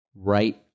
Right